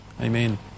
Amen